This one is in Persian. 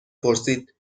پرسید